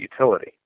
utility